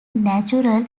natural